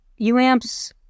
UAMPS